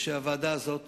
הוועדה הזו עובדת,